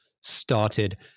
started